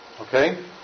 Okay